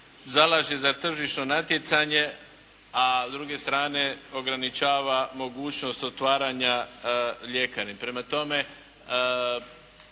zalaže za tržišno natjecanje, a s druge strane ograničava mogućnost otvaranja ljekarni. Prema tome